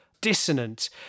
dissonant